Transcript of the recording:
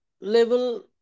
level